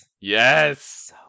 Yes